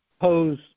pose